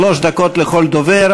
שלוש דקות לכל דובר.